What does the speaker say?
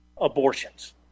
abortions